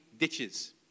Ditches